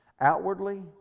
outwardly